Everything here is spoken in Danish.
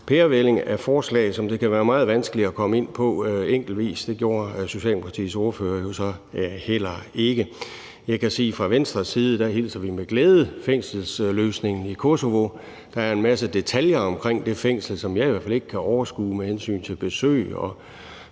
pærevælling af forslag, som det kan være meget vanskeligt at komme ind på enkeltvis. Det gjorde Socialdemokratiets ordfører jo så heller ikke. Jeg kan sige, at fra Venstres side hilser vi med glæde fængselsløsningen i Kosovo velkommen. Der er en masse detaljer i forbindelse med det fængsel, som jeg i hvert fald ikke kan overskue. Det er med hensyn til besøg,